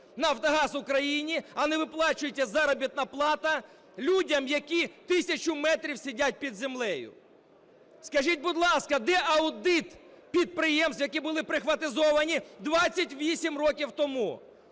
"Нафтогаз України", а не виплачується заробітна плата людям, які тисячу метрів сидять під землею? Скажіть, будь ласка, де аудит підприємств, які були "прихватизовані" 28 років тому?